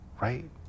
right